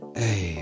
hey